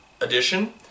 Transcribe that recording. edition